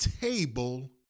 table